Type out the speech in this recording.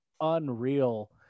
unreal